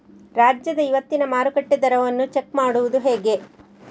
ರಾಜ್ಯದ ಇವತ್ತಿನ ಮಾರುಕಟ್ಟೆ ದರವನ್ನ ಚೆಕ್ ಮಾಡುವುದು ಹೇಗೆ?